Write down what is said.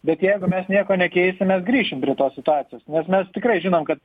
bet jeigu mes nieko nekeisim mes grįšim prie tos situacijos nes mes tikrai žinom kad